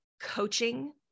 coaching